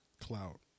Clout